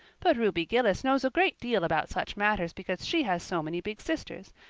but ruby gillis knows a great deal about such matters because she has so many big sisters,